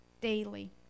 daily